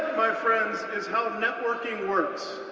my friends, is how networking works.